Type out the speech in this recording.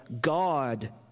God